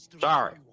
Sorry